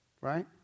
Right